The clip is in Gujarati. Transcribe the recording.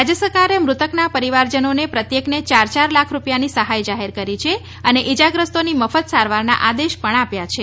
રાજય સરકારે મૃતકના પરીવારજનોને પ્રત્યેકને ચાર ચાર લાખ રૂપિયાની સહાય જાહેર કરી છે અને ઇજાગ્રસ્તોની મફત સારવારના આદેશ પણ આપ્યા છે